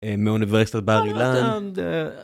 מאוניברסיטת בר אילן